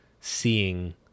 seeing